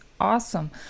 awesome